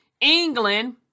England